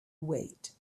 wait